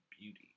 beauty